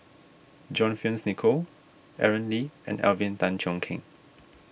John Fearns Nicoll Aaron Lee and Alvin Tan Cheong Kheng